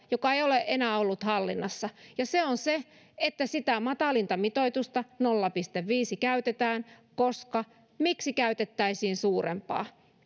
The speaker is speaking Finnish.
joka ei ole enää ollut hallinnassa ja se on se että sitä matalinta mitoitusta nolla pilkku viiteen käytetään koska miksi käytettäisiin suurempaa